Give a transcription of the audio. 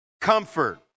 comfort